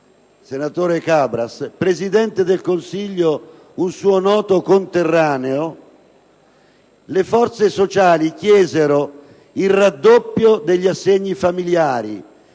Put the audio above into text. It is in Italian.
senatore Cabras (Presidente del Consiglio era un suo noto conterraneo), le forze sociali chiesero il raddoppio degli assegni familiari.